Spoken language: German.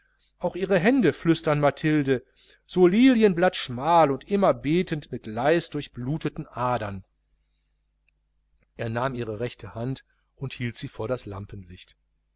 auch ihre hände flüstern mathilde so lilienblattschmal und immer betend mit leis durchbluteten adern er nahm ihre rechte hand und hielt sie vor das